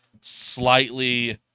slightly